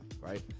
right